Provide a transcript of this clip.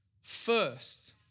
first